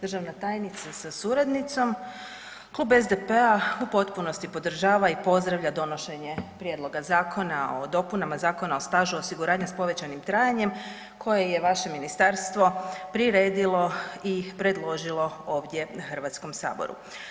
Državna tajnice sa suradnicom, Klub SDP-a u potpunosti podržava i pozdravlja donošenje Prijedloga Zakona o dopunama Zakona o stažu osiguranja s povećanim trajanjem koje je vaše ministarstvo priredilo i predložilo ovdje Hrvatskom saboru.